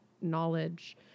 knowledge